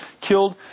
killed